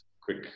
quick